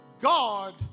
God